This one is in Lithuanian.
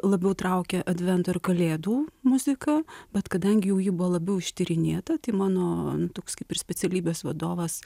labiau traukia advento ir kalėdų muzika bet kadangi jau ji buvo labiau ištyrinėta tai mano toks kaip ir specialybės vadovas